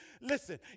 Listen